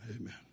Amen